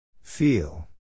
Feel